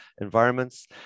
environments